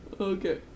Okay